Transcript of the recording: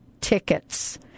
tickets